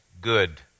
good